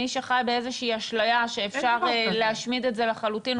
מי שחי באיזה אשליה שאפשר להשמיד את זה לחלוטין,